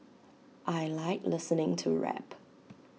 I Like listening to rap